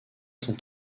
sont